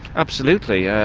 absolutely. yeah